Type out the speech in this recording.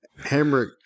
Hamrick